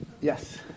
Yes